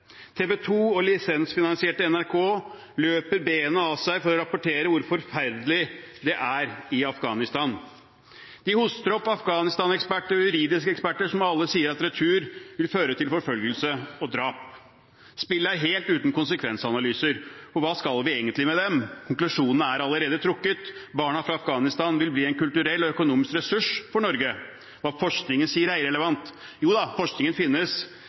og lisensfinansierte NRK løper bena av seg for å rapportere om hvor forferdelig det er i Afghanistan. De hoster opp Afghanistan-eksperter og juridiske eksperter, som alle sier at retur vil føre til forfølgelse og drap. Spillet er helt uten konsekvensanalyser. Og hva skal vi egentlig med dem når konklusjonen allerede er trukket? Barna fra Afghanistan vil bli en kulturell og økonomisk ressurs for Norge. Hva forskningen sier, er irrelevant. Jo da, forskningen finnes;